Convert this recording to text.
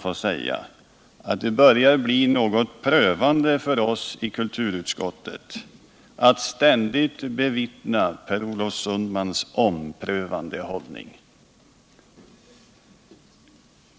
få säga att det börjar bli något prövande för oss i kulturutskottet att ständigt bevittna Per Olof Sundmans omprövande hållning.